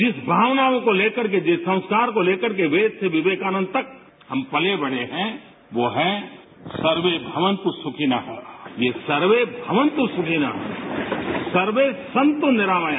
जिस भावनाओं को लेकर जिस संस्कार को लेकर के पेद से विपेकानन्द तक हम पते बढ़े हैं दो है सर्वे भवन्तु सुखिनरू ये सर्वे भवन्तु सुखिनरू सर्वे सन्तु निरामया